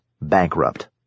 bankrupt